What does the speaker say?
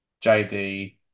JD